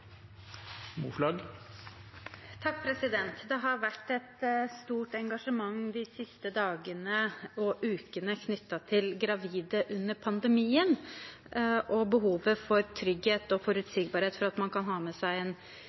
ukene knyttet til gravide under pandemien og behovet for trygghet og forutsigbarhet for at man kan ha med seg en